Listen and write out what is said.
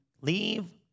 leave